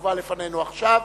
המובא לפנינו עכשיו,